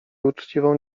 uczciwą